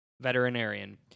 veterinarian